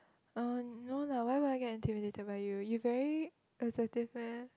uh no lah why will I get intimidated by you you very assertive meh